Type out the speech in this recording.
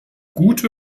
gute